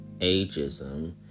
ageism